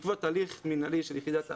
בעקבות תהליך מינהלי של יחידת האכיפה,